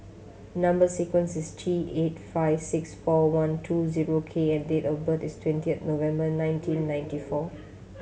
number sequence is T eight five six four one two zero K and date of birth is twentieth November nineteen ninety four